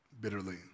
bitterly